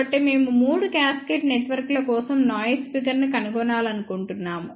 కాబట్టి మేము మూడు క్యాస్కేడ్ నెట్వర్క్ల కోసం నాయిస్ ఫిగర్ ను కనుగొనాలనుకుంటున్నాము